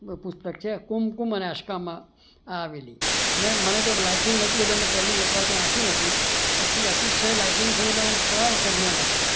પુસ્તક છે કુમકુમ અને આશ્કામાં મને પહેલા તો લાઇકીંગ હતું એટલે મેં તો એક વાર વાંચી નાખી પછી અતિશય લાકિન્ગ થયું એટલે ત્રણ વખત મેં વાંચી